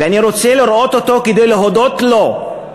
ואני רוצה לראות אותו כדי להודות לו.